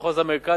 מחוז מרכז,